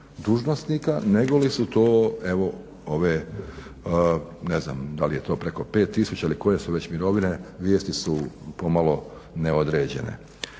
dužnosnika negoli su to evo ove ne znam da li je to preko pet tisuća ili koje su već mirovine vijesti su već pomalo neodređene.